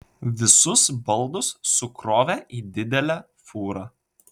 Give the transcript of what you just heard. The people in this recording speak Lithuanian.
visus baldus sukrovė į didelę fūrą